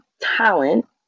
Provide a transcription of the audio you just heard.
talent